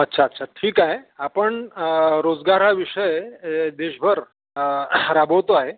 अच्छा अच्छा ठीक आहे आपण रोजगार हा विषय देशभर राबवतो आहे